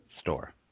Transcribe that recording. store